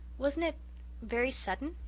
wasn't it very sudden?